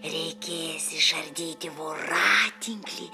reikės išardyti voratinklį